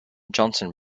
johnson